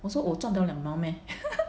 我说我赚到两毛 meh